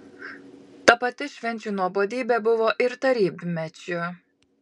ta pati švenčių nuobodybė buvo ir tarybmečiu